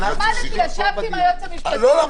למדתי, ישבתי עם היועץ המשפטי.